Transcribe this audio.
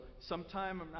sometime